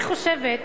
אני חושבת,